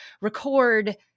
record